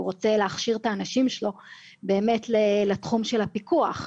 הוא רוצה להכשיר את האנשים שלו באמת לתחום של הפיקוח.